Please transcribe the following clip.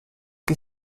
che